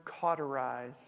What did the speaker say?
cauterize